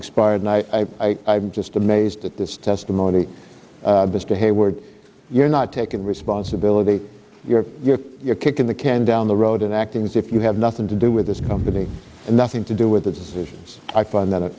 expired night i i'm just amazed at this testimony mister hayward you're not taking responsibility you're you're you're kicking the can down the road and acting as if you have nothing to do with this company and nothing to do with the decisions i find that